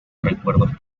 recuerdos